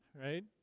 right